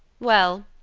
well,